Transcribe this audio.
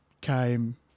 came